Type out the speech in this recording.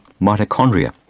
mitochondria